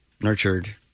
nurtured